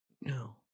No